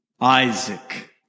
Isaac